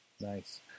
Nice